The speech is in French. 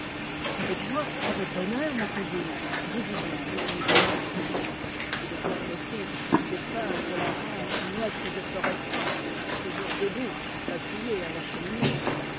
avec joie avec bonheur ma cousine dit vivement le jeune duc il est impossible de peindre la rage muette de florestan toujours debout appuyé à la cheminée